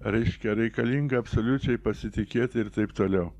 reiškia reikalinga absoliučiai pasitikėti ir taip toliau